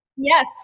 Yes